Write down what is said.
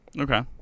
Okay